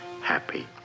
happy